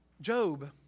Job